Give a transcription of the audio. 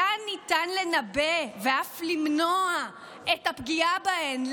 היה ניתן לנבא ואף למנוע את הפגיעה בהן.